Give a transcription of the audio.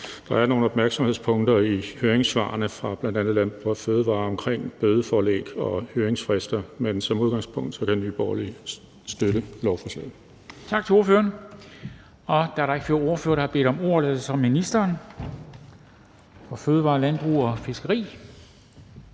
Der er nogle opmærksomhedspunkter i høringssvarene fra bl.a. Landbrug & Fødevarer omkring bødeforelæg og høringsfrister. Men som udgangspunkt kan Nye Borgerlige støtte lovforslaget.